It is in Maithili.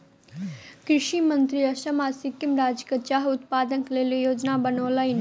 कृषि मंत्री असम आ सिक्किम राज्यक चाह उत्पादनक लेल योजना बनौलैन